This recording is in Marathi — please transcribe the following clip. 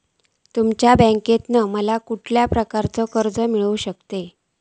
तुमच्या बँकेसून माका कसल्या प्रकारचा कर्ज मिला शकता?